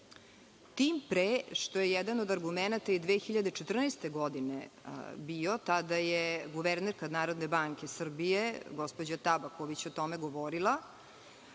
Tim pre što je jedan od argumenta i 2014. godine bio, tada je guvernerka NBS, gospođa Tabaković o tome govorila,